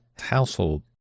household